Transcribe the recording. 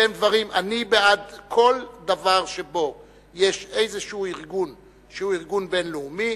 אני בעד כל דבר שבו יש איזשהו ארגון שהוא ארגון בין-לאומי,